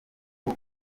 uko